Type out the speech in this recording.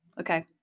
Okay